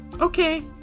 Okay